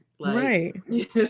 right